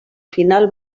final